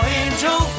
angel